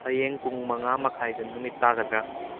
ꯍꯌꯦꯡ ꯄꯨꯡ ꯃꯉꯥ ꯃꯈꯥꯏꯗ ꯅꯨꯃꯤꯠ ꯇꯥꯒꯗ꯭ꯔꯥ